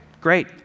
great